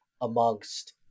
amongst